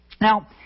now